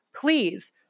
please